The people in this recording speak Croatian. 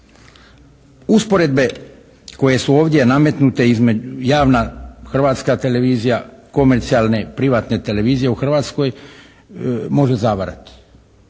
Usporedbe koje su ovdje nametnute javna Hrvatska televizija, komercijalne privatne televizije u Hrvatskoj može zavarati.